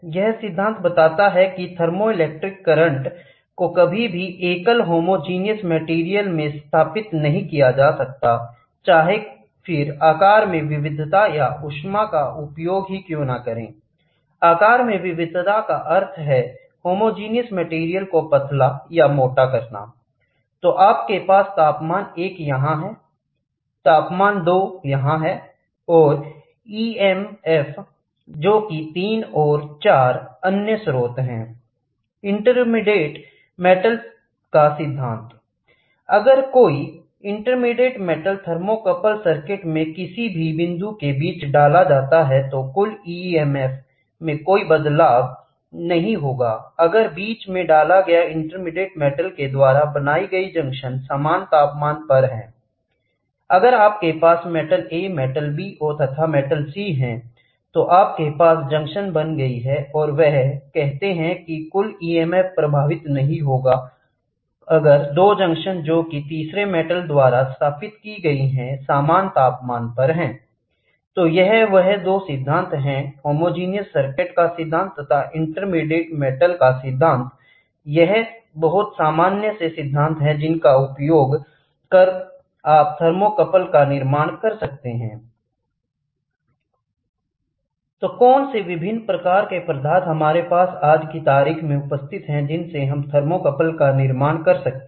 यह सिद्धांत बताता है कीथर्मोइलेक्ट्रिक करंट को कभी भी एकल होमोजीनियस मेटेरियल में स्थापित नहीं किया जा सकता चाहे फिर आकार में विविधता या ऊष्मा का उपयोग ही क्यों ना करें I आकार में विविधता का अर्थ है होमोजेनियस मेटेरियल को पतला या मोटा करना I तो आपके पास तापमान एक यहां है तापमान दो यहां है और ई एम ऑफजोकि 3 और 4 अन्य स्रोत है I इंटरमीडिएट मेटल का सिद्धांत अगर कोई इंटरमीडिएट मेटल थर्मोकपल सर्किट में किसी भी बिंदु के बीच डाला जाता है तो कुल ईएमएफ में कोई बदलाव नहीं होगा अगर बीच में डाला गया इंटरमीडिएट मेटल के द्वारा बनाई गई जंक्शन सामान तापमान पर है I अगर आपके पास मेटल A मेटल B तथा मेटल C है तो आपके पास जंक्शन बन गई हैं और वह कहते हैं की कुल ईएमएफ प्रभावित नहीं होगी अगर दो जंक्शन जोकि तीसरे मेटल द्वारा स्थापित की गई हैं सामान तापमान पर है I तो यह वह दो सिद्धांत हैं होमोजीनियस सर्किट का सिद्धांत तथा इंटरमीडिएट मेटल का सिद्धांत I यह बहुत सामान्य से सिद्धांत हैं जिनका उपयोग कर आप थर्मोकपल का निर्माण कर सकते हैं I तो कौन से विभिन्न प्रकार के पदार्थ हमारे पास आज की तारीख में उपस्थित हैं जिनसे हम थर्मोकपल का निर्माण कर सकते हैं